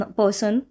person